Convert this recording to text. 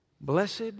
Blessed